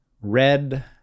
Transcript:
Red